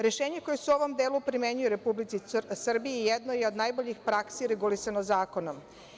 Rešenje koje se u ovom delu primenjuje u Republici Srbiji jedno je od najboljih praksi regulisano zakonom.